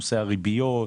נושא הריביות,